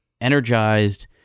energized